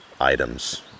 items